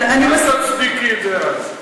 אז אל תצדיקי את זה אז.